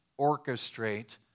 orchestrate